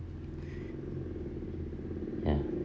ya